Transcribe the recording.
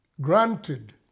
granted